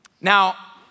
Now